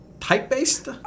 type-based